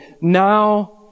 Now